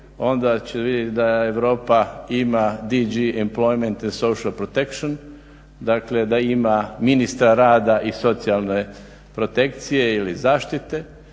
onda će vidjeti da Europa ima DG employment social protection, dakle da ima ministra rada i socijalne protekcije ili zaštite,